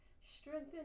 Strengthen